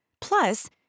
Plus